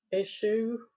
issue